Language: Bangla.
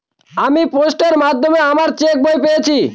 আমি পোস্টের মাধ্যমে আমার চেক বই পেয়েছি